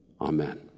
Amen